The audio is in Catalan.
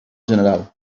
general